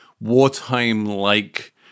wartime-like